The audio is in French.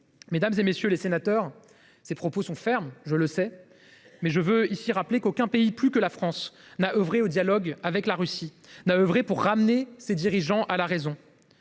Mesdames, messieurs les sénateurs, ces propos sont fermes, je le sais. Mais je veux rappeler qu’aucun pays n’a œuvré plus que la France au dialogue avec la Russie pour ramener ses dirigeants à la raison.